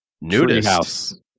Nudist